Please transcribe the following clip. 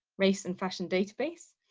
race and fashion database.